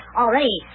already